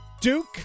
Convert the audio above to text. Duke